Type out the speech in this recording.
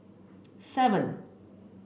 seven